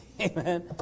Amen